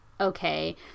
okay